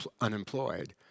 unemployed